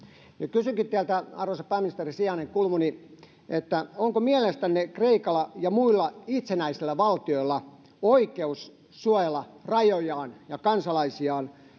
kysynkin teiltä arvoisa pääministerin sijainen kulmuni onko mielestänne kreikalla ja muilla itsenäisillä valtioilla oikeus suojella rajojaan ja kansalaisiaan